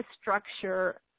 structure –